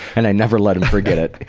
and i never let him forget it.